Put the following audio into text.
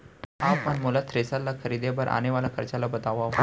आप मन मोला थ्रेसर ल खरीदे बर आने वाला खरचा ल बतावव?